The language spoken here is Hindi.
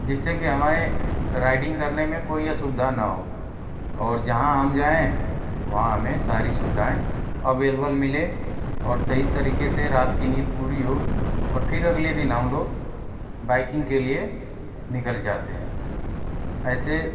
जिससे कि हमारे राइडिंग करने में कोई असुविधा न हो और जहाँ हम जाएँ वहाँ हमें सारी सुविधाएँ अवेलबल मिले और सही तरीके से रात की नींद पूरी हो और फिर अगले दिन हम लोग बाइकिंग के लिए निकल जाते हैं ऐसे